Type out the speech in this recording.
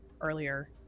earlier